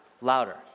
louder